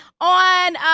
on